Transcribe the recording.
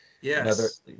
Yes